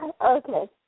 Okay